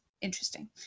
interesting